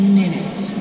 minutes